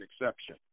exception